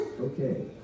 Okay